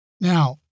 Now